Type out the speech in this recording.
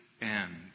end